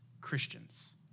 Christians